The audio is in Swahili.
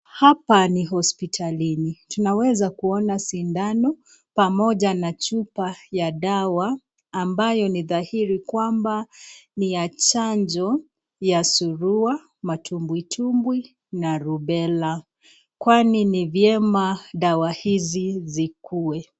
Hapa ni hospitalini tunaweza kuona sindano pamoja na chupa ya dawa ambaye ni dhahiri kwamba ni ya chanjo ya surua, matumbwi tumbwi na rubela kwani ni vyema dawa hizi zikuwe.